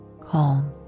calm